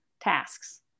tasks